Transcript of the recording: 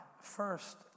first